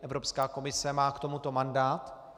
Evropská komise má k tomuto mandát.